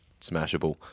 smashable